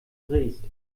drehst